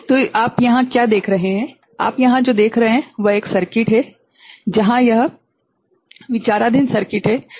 तो आप यहाँ क्या देख रहे हैं आप यहां जो देख रहे हैं वह एक सर्किट है जहां यह विचाराधीन सर्किट है